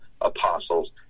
apostles